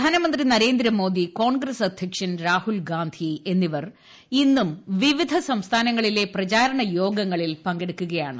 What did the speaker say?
പ്രധാനമന്ത്രി നരേന്ദ്രേമോദി കോൺഗ്രസ് അധ്യക്ഷൻ രാഹുൽ ഗാന്ധി എന്നിവർ ഇന്നും വിവിധ സംസ്ഥാനങ്ങളിലെ പ്രചാരണയോഗങ്ങളിൽ പങ്കെടുക്കുകയാണ്